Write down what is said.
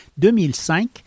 2005